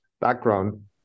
background